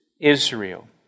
Israel